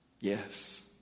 Yes